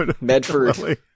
Medford